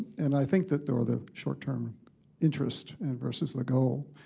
and i think that-or, ah the short-term interests, and versus the goals.